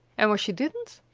and when she didn't,